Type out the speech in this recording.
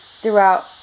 throughout